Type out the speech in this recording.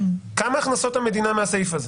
כמה הכנסות המדינה מהסעיף הזה?